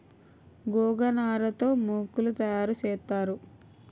గోగనార తో మోకులు తయారు సేత్తారు